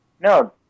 no